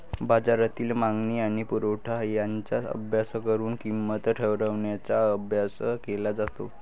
बाजारातील मागणी आणि पुरवठा यांचा अभ्यास करून किंमत ठरवण्याचा अभ्यास केला जातो